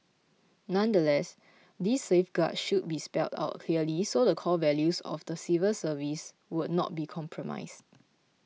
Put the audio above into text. nonetheless these safeguards should be spelled out clearly so the core values of the civil service would not be compromised